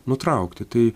nutraukti tai